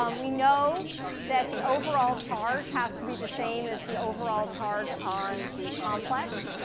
um we know that the overall charge has to be the same as the overall charge on the complex.